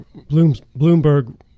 Bloomberg